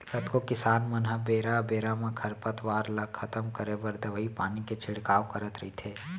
कतको किसान मन ह बेरा बेरा म खरपतवार ल खतम करे बर दवई पानी के छिड़काव करत रइथे